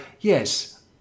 yes